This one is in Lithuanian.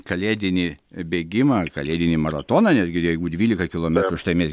kalėdinį bėgimą ar kalėdinį maratoną netgi jeigu dvylika kilometrų štai mes